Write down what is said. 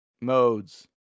modes